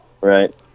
Right